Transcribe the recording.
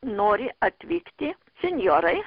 nori atvykti senjorai